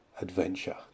adventure